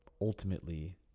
ultimately